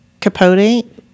Capote